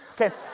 Okay